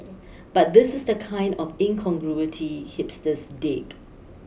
but this is the kind of incongruity hipsters dig